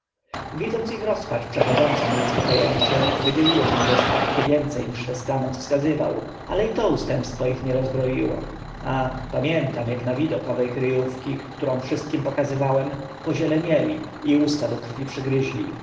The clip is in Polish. widząc ich rozpacz przechodzącą ludzkie po ęcie wydzieliłem im ze spadku więce niż testament wskazywał ale i to ustępstwo ich nie rozbroiło ach pamiętam ak na widok owe kry ówki którą wszystkim pokazywałem pozielenieli i usta do krwi przygryźli